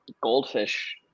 goldfish